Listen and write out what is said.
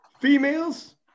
Females